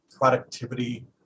productivity